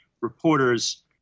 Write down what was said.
reporters